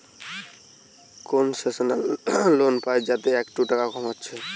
concessional loan পায়া যায় যাতে একটু টাকা কম হচ্ছে